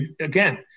Again